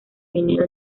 pinedo